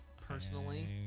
personally